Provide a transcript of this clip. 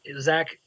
Zach